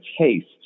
taste